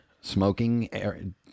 smoking